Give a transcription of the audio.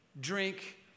drink